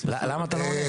למה אתה לא עונה?